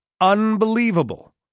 unbelievable